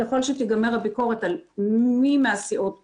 ככל שתיגמר הביקורת על מי מהסיעות קודם,